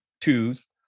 twos